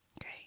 Okay